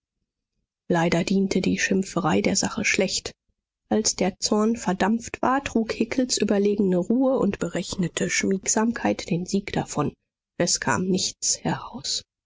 leider diente die schimpferei der sache schlecht als der zorn verdampft war trug hickels überlegene ruhe und berechnete schmiegsamkeit den sieg davon es kam nichts heraus